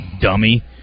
Dummy